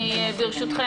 ברשותכם,